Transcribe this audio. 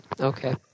Okay